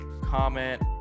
comment